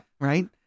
Right